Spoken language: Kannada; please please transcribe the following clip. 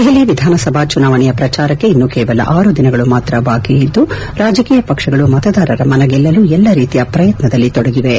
ದೆಹಲಿ ವಿಧಾನಸಭಾ ಚುನಾವಣೆಯ ಶ್ರಚಾರಕ್ಷೆ ಇನ್ನು ಕೇವಲ ಆರು ದಿನಗಳು ಮಾತ್ರ ಬಾಕಿ ಇದ್ದು ರಾಜಕೀಯ ಪಕ್ಷಗಳು ಮತದಾರರ ಮನಗೆಲ್ಲಲು ಎಲ್ಲ ರೀತಿಯ ಪ್ರಯತ್ನದಲ್ಲಿ ತೊಡಗಿವೆ